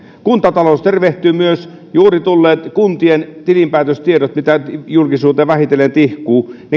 kuntatalous tervehtyy juuri tulleet kuntien tilinpäätöstiedot mitä julkisuuteen vähitellen tihkuu